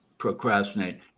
procrastinate